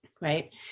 right